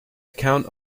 account